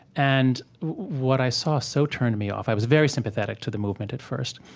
and what i saw so turned me off i was very sympathetic to the movement at first.